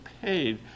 paid